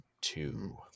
two